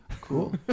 Cool